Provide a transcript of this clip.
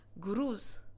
gurus